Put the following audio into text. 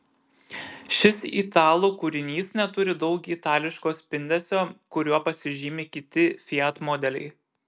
šis italų kūrinys neturi daug itališko spindesio kuriuo pasižymi kiti fiat modeliai